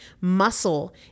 Muscle